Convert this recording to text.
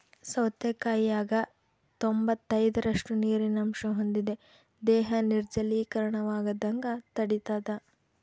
ಸೌತೆಕಾಯಾಗ ತೊಂಬತ್ತೈದರಷ್ಟು ನೀರಿನ ಅಂಶ ಹೊಂದಿದೆ ದೇಹ ನಿರ್ಜಲೀಕರಣವಾಗದಂಗ ತಡಿತಾದ